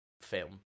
film